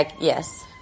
yes